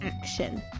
action